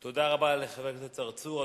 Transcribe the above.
תודה רבה לחבר הכנסת צרצור.